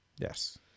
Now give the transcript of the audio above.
Yes